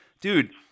dude